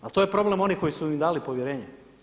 Ali to je problem onih koji su im dali povjerenje.